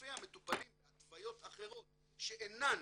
ואלפי המטופלים בהתוויות אחרות שאינן